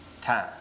time